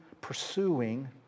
pursuing